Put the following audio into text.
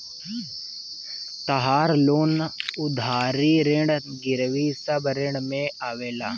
तहार लोन उधारी ऋण गिरवी सब ऋण में आवेला